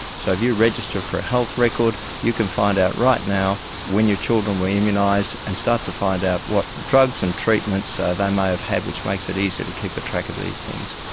so if you register for a health record, you can find out right now when your children were immunised and start to find out what drugs and treatments ah they may have had, which makes it easier to keep a track of these things.